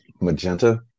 Magenta